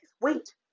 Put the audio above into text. Wait